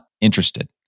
interested